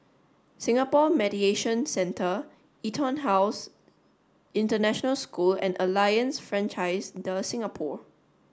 Singapore Mediation Centre EtonHouse International School and Alliance Francaise de Singapour